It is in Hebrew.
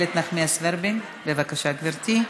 חברת הכנסת אילת נחמיאס ורבין, בבקשה, גברתי.